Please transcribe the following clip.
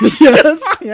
Yes